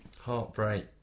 Heartbreak